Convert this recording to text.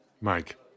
Mike